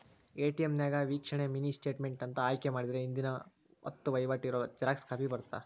ATM ನ್ಯಾಗ ವೇಕ್ಷಣೆ mini statement ಅಂತ ಆಯ್ಕೆ ಮಾಡಿದ್ರ ಹಿಂದಿನ ಹತ್ತ ವಹಿವಾಟ್ ಇರೋ ಜೆರಾಕ್ಸ್ ಕಾಪಿ ಬರತ್ತಾ